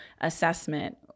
assessment